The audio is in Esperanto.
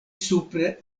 supre